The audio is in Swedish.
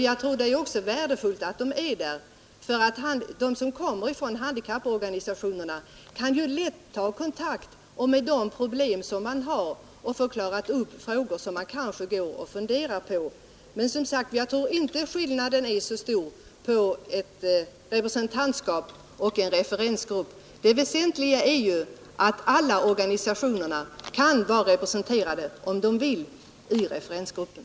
Jag tror det är värdefullt att de är närvarande, ty de som kommer från handikapporganisationerna kan ju lätt ta kontakt med dem, diskutera de problem som man har och få klarat upp frågor som man kanske går och funderar på. Jag tror som sagt inte att skillnaden är så stor mellan ett representantskap och en referensgrupp. Det väsentliga är ju att alla organisationerna kan vara representerade — om de vill — i referensgruppen.